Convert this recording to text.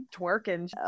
twerking